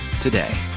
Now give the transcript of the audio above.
today